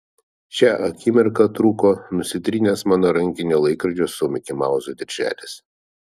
šią akimirką trūko nusitrynęs mano rankinio laikrodžio su mikimauzu dirželis